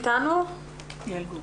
בבקשה, יעל גור,